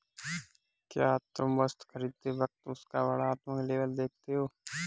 क्या तुम वस्तु खरीदते वक्त उसका वर्णात्मक लेबल देखते हो?